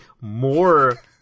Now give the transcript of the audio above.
more